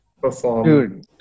perform